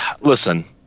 Listen